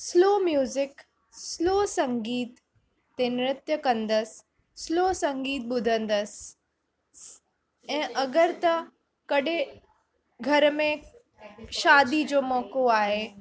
slow music slow संगीत ते नृतु कंदसि स्लो संगीत ॿुधंदसि सि ऐं अगरि त कॾहिं घर में शादी जो मौक़ो आहे